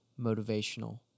motivational